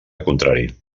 contrari